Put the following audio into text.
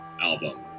album